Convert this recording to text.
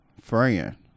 friend